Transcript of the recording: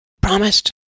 Promised